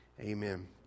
Amen